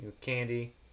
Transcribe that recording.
candy